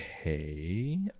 Okay